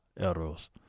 Elros